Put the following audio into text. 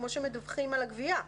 כמו שמדווחים על הגבייה,